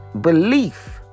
belief